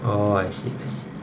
orh I see I see